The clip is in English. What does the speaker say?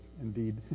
Indeed